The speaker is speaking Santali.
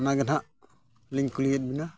ᱚᱱᱟ ᱜᱮ ᱱᱟᱦᱟᱜ ᱞᱤᱧ ᱠᱩᱞᱤᱭᱮᱫ ᱵᱮᱱᱟ